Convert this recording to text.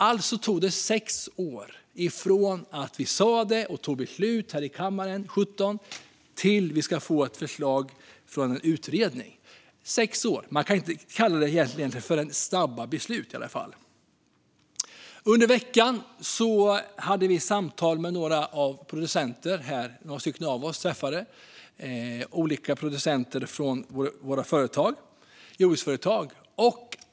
Alltså kommer det att ha tagit sex år från det att vi tog beslut här i kammaren 2017 till det att vi får ett förslag från en utredning. Man kan knappast kalla det för snabba beslut. Under veckan hade några av oss samtal med producenter från olika jordbruksföretag.